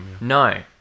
No